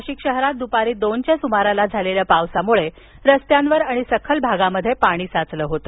नाशिक शहरात दुपारी दोन वाजेच्या सुमारास झालेल्या पावसामुळे रस्त्यांवर आणि सखल भागात पाणी साचले होते